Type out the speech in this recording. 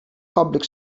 public